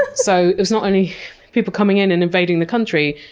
so it was not only people coming in and invading the country,